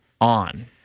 on